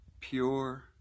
pure